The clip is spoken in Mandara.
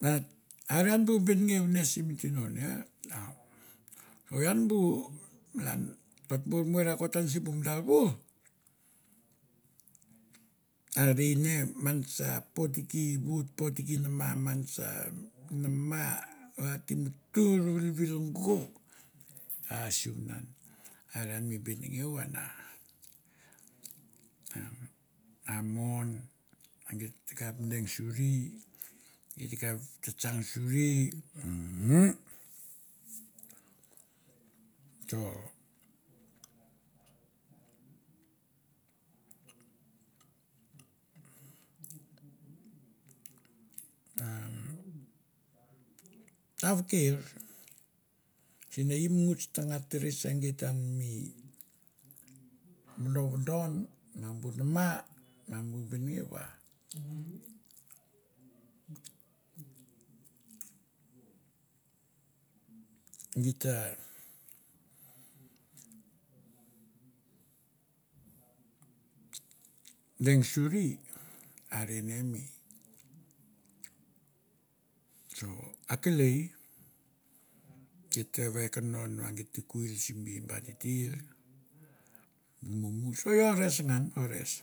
Bat are an bu benengeu sim tino ne nau, ian bu malan ot bor muer rakot an simbu madar vour, are ei ne man sa potiki vut potiki nama, man sa nama va te mutur vilvilgo a sivunan are an mi benengeu an a, a mon va geit ta kap deng suri, gi ta kap tsa tsang suri umm so umm ta veker sen e i mi nguts ta nga tere se geit an mi vodo vodon ma bu nama, ma bu biniva. Git va deng suri are ne mi so okelei geit te ve konon va geit ta kwil simi ba titir mumu o res ngan o res,